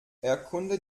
erkunde